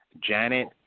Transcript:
Janet